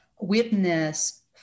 witness